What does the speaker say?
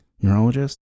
neurologist